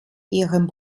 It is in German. ihrem